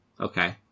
Okay